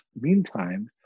meantime